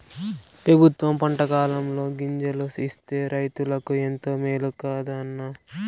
పెబుత్వం పంటకాలంలో గింజలు ఇస్తే రైతులకు ఎంతో మేలు కదా అన్న